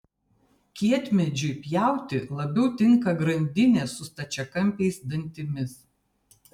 kietmedžiui pjauti labiau tinka grandinė su stačiakampiais dantimis